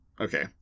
Okay